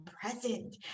present